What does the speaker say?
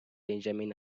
benjamin